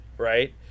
right